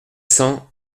cent